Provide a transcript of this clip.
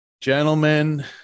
gentlemen